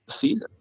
season